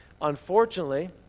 Unfortunately